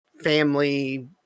family